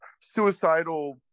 suicidal